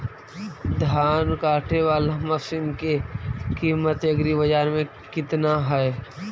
धान काटे बाला मशिन के किमत एग्रीबाजार मे कितना है?